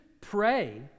pray